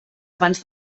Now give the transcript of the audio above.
abans